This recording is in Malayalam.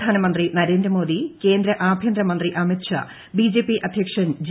പ്രധാനമന്ത്രി നരേന്ദ്ര മോദി കേന്ദ്ര ആഭ്യന്തര മന്ത്രി ആമീത് ്ഷാ ബിജെപി അധ്യക്ഷൻ ജെ